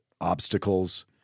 obstacles